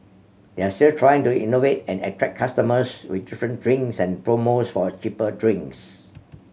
they're still trying to innovate and attract customers with different drinks and promos for cheaper drinks